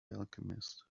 alchemist